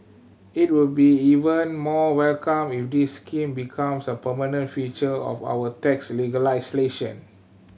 it will be even more welcomed if this scheme becomes a permanent feature of our tax legislation